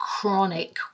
chronic